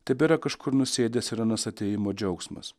tebėra kažkur nusėdęs ir anas atėjimo džiaugsmas